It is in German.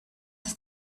ist